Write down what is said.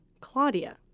Claudia